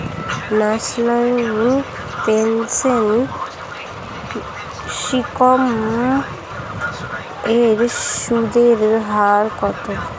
National pension scheme এর সুদের হার কত?